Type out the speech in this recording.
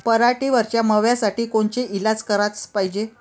पराटीवरच्या माव्यासाठी कोनचे इलाज कराच पायजे?